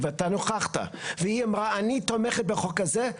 ואתה נכחת והיא אמרה 'אני תומכת בחוק הזה',